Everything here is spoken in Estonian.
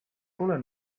pole